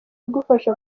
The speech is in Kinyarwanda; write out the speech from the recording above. igufasha